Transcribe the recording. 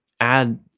add